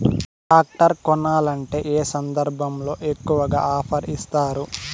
Tractor కొనాలంటే ఏ సందర్భంలో ఎక్కువగా ఆఫర్ ఇస్తారు?